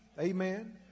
Amen